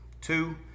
Two